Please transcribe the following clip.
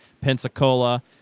Pensacola